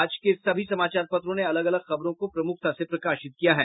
आज के सभी समाचारों पत्रों ने अलग अलग खबरों को प्रमुखता से प्रकाशित किया है